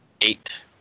Eight